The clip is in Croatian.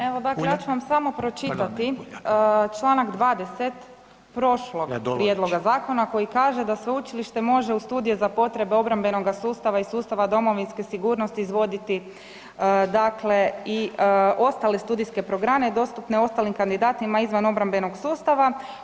Evo ja ću vam samo pročitati čl. 20. prošlog prijedloga zakona koji kaže da „sveučilište može u studije za potrebe obrambenoga sustava i sustava domovinske sigurnosti izvoditi i ostale studijske programe dostupne ostalim kandidatima izvan obrambenog sustava“